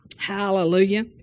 Hallelujah